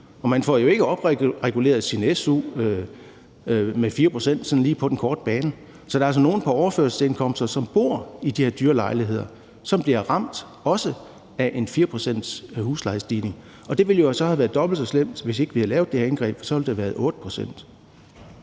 de får ikke opreguleret deres su med 4 pct. sådan lige på den korte bane. Så der er altså nogle på overførselsindkomst, der bor i de her dyre lejligheder, som også bliver ramt af en huslejestigning på 4 pct. Det ville jo så have været dobbelt så slemt, hvis vi ikke havde lavet det her indgreb,